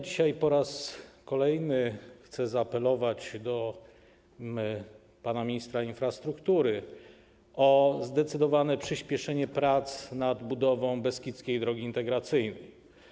Dzisiaj po raz kolejny chcę zaapelować do pana ministra infrastruktury o zdecydowane przyspieszenie prac nad budową Beskidzkiej Drogi Integracyjnej.